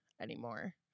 anymore